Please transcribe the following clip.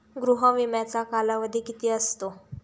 गृह विम्याचा कालावधी किती असतो?